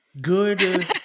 good